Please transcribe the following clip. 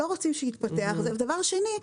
דבר שני,